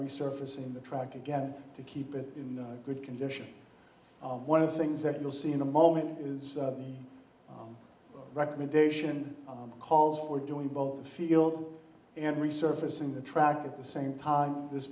resurfacing the track again to keep it in good condition one of the things that you'll see in a moment is recommendation calls for doing both the field and resurfacing the track at the same time this